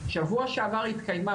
שבוע שעבר התקיימה,